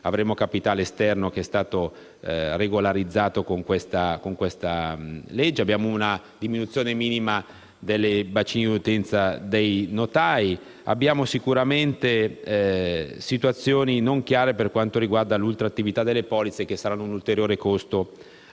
presente capitale esterno che è stato regolarizzato dal presente disegno di legge; avremo una diminuzione minima del bacino di utenza dei notai; abbiamo sicuramente situazioni non chiare per quanto riguarda l'ultrattività delle polizze, che saranno un ulteriore costo